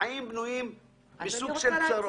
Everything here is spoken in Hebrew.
החיים בנויים מסוג של פשרות.